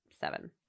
seven